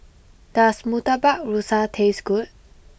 does Murtabak Rusa taste good